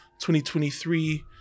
2023